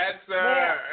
answer